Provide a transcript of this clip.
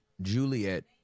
Juliet